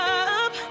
up